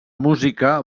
música